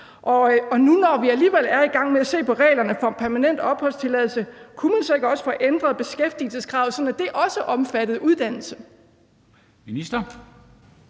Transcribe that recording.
Og nu når vi alligevel er i gang med at se på reglerne for permanent opholdstilladelse, kunne man så ikke også få ændret beskæftigelseskravet, så det også omfattede uddannelse?